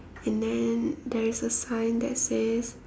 and then there is a sign that says